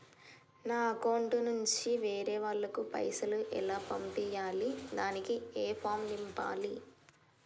నా అకౌంట్ నుంచి వేరే వాళ్ళకు పైసలు ఎలా పంపియ్యాలి దానికి ఏ ఫామ్ నింపాలి?